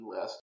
list